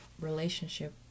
relationship